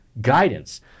guidance